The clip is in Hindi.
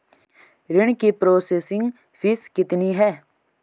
ऋण की प्रोसेसिंग फीस कितनी है?